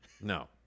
No